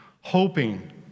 hoping